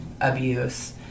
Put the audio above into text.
abuse